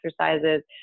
exercises